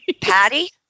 Patty